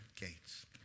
gates